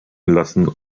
lassen